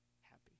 happy